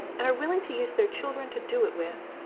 and are willing to use their children to do it with.